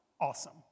awesome